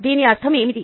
దీని అర్థం ఏమిటి